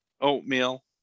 oatmeal